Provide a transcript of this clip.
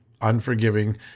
unforgiving